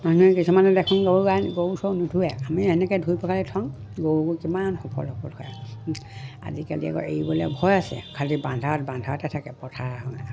মানুহে কিছুমানে দেখো গৰু গ গৰু চৰু নুধোৱে আমি এনেকৈ ধুই পখালি থওঁ গৰুবোৰ কিমান সফল সফল হয় আজিকালি আকৌ এৰিবলৈ ভয় আছে খালী বান্ধাত বান্ধাতে থাকে পথাৰ